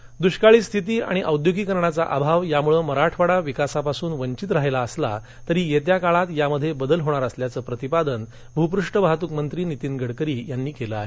बीड दुष्काळी स्थिती आणि औद्योगिकरणाचा अभाव यामुळं मराठवाडा विकासापासून वंचित राहिला असला तरी येत्या काळात यामध्ये बदल होणार असल्याचं प्रतिपादन भूपृष्ठ वाहतूक मंत्री नितीन गडकरी यांनी केलं आहे